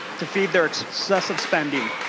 to feed their excessive spending.